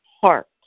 heart